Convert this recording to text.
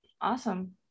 Awesome